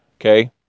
Okay